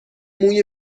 موی